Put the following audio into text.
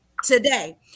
today